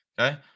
Okay